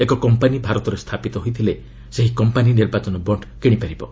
ଏକ କମ୍ପାନୀ ଭାରତରେ ସ୍ଥାପିତ ହୋଇଥିଲେ ସେହି କମ୍ପାନୀ ନିର୍ବାଚନ ବଣ୍ଡ୍ କିଣିପାରିବେ